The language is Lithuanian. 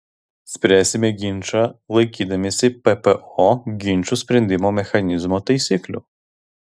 spręsime ginčą laikydamiesi ppo ginčų sprendimo mechanizmo taisyklių